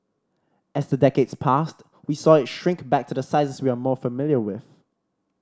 as the decades passed we saw it shrink back to the sizes we are more familiar with